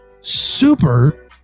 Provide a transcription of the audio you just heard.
super